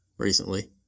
recently